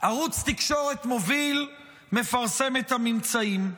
ערוץ תקשורת מוביל מפרסם את הממצאים.